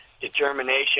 determination